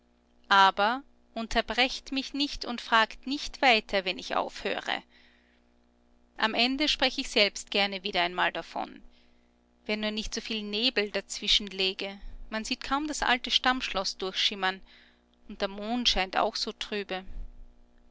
aber unterbrecht mich nicht und fragt nicht weiter wenn ich aufhöre am ende sprech ich selbst gerne wieder einmal davon wenn nur nicht so viel nebel dazwischen läge man sieht kaum das alte stammschloß durchschimmern und der mond scheint auch so trübe